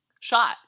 shot